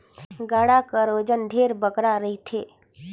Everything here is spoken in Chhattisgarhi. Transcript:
गाड़ा कर ओजन ढेरे बगरा रहथे